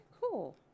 cool